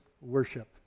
worship